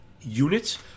units